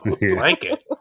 Blanket